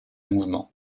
mouvement